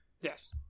Yes